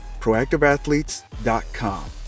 proactiveathletes.com